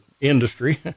industry